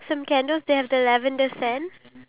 um yup